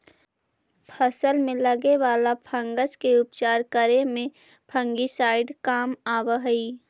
फसल में लगे वाला फंगस के उपचार करे में फंगिसाइड काम आवऽ हई